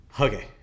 okay